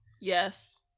Yes